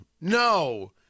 no